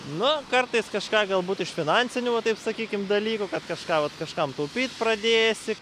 nu kartais kažką galbūt iš finansinių va taip sakykim dalykų kad kažką vat kažkam taupyt pradėsi